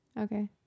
Okay